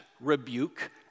rebuke